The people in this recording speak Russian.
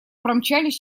промчались